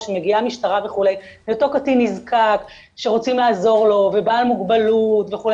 או שמגיעה משטרה וכו' לאותו קטין שרוצים לעזור לו ובעל מוגבלות וכו'